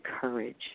courage